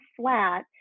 flat